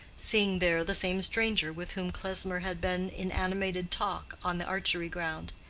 seeing there the same stranger with whom klesmer had been in animated talk on the archery ground.